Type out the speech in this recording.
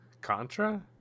contra